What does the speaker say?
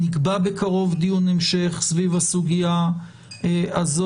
נקבע בקרוב דיון המשך סביב הסוגיה הזאת.